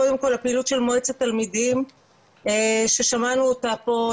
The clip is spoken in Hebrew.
קודם כל הפעילות של מועצת תלמידים ששמענו אותה פה,